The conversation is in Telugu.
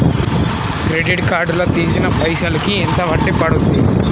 క్రెడిట్ కార్డ్ లా తీసిన పైసల్ కి ఎంత వడ్డీ పండుద్ధి?